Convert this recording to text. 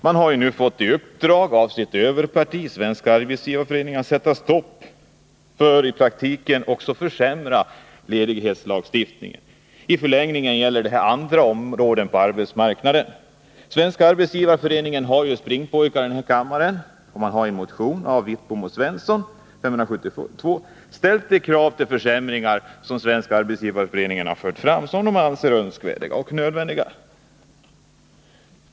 Man har där fått i uppdrag av sitt överparti, Svenska arbetsgivareföreningen, att försämra och i praktiken också sätta stopp för ledighetslagstiftning. I förlängningen gäller det också andra områden på arbetsmarknaden — Svenska arbetsgivareföreningen har ju springpojkar här i kammaren. I en motion, nr 572, har Sten Svensson och Bengt Wittbom ställt de krav på försämringar som Svenska arbetsgivareföreningen har fört fram och anser önskvärda och nödvändiga.